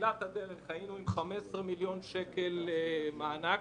חייבים לצאת מהקופסא, לקבוע לוחות זמנים.